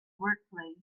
workplace